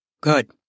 Good